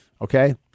okay